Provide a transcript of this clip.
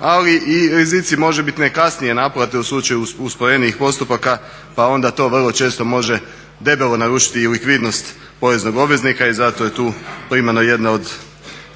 ali i rizici možebitne kasnije naplate u slučaju usporenijih postupaka pa onda to vrlo često može debelo narušiti i likvidnost poreznog obveznika i zato je tu primarno jedna od